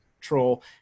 control